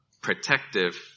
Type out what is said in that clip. protective